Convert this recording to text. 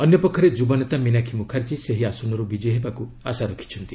ଅନ୍ୟପକ୍ଷରେ ଯୁବନେତା ମିନାକ୍ଷୀ ମୁଖାର୍ଜୀ ସେହି ଆସନରୁ ବିଜୟୀ ହେବାକୁ ଆଶା ରଖିଛନ୍ତି